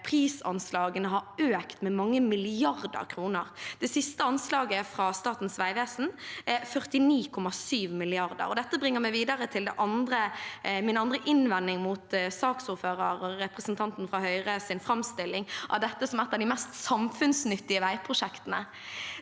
prisanslagene har økt med mange milliarder kroner. Det siste anslaget fra Statens vegvesen er 49,7 mrd. kr. Dette bringer meg videre til min andre innvending mot saksordførerens, representanten fra Høyre, framstilling av dette som et av de mest samfunnsnyttige veiprosjektene.